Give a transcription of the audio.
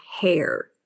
Hair